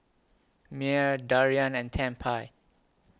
Myer Darian and Tempie